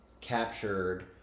captured